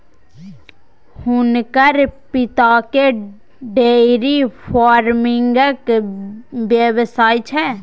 हुनकर पिताकेँ डेयरी फार्मिंगक व्यवसाय छै